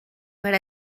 per